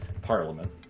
Parliament